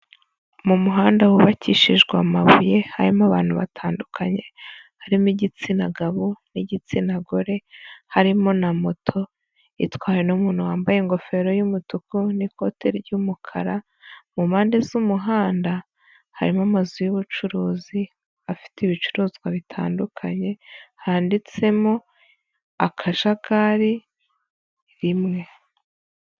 Mu muhanda wubakishijwe amabuye harimo abantu batandukanye harimo igitsina gabo n'igitsina gore harimo na moto itwawe n'umuntu wambaye ingofero y'umutuku n'ikote ry'umukara mu mpande z'umuhanda harimo amazu y'ubucuruzi afite ibicuruzwa bitandukanye handitsemo akajagari rimwe.